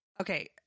okay